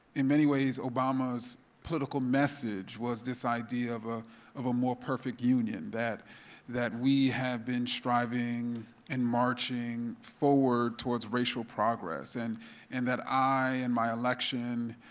in many ways obama's political message was this idea of ah of a more perfect union that that we have been striving and marching forward towards racial progress, and and that, i and my election,